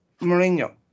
Mourinho